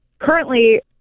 currently